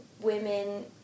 women